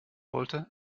wollte